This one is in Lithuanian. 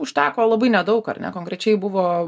užteko labai nedaug ar ne konkrečiai buvo